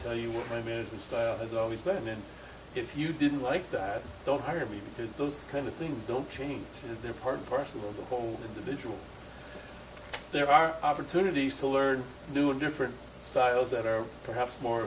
tell you what i mean it has always been if you didn't like that don't hire me because those kind of things don't change their part and parcel of the whole individual there are opportunities to learn new and different styles that are perhaps more